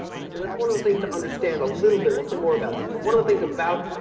right. so that's one of the things to understand a little bit. we'll say more about this. but one of the things about,